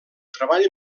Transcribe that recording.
treball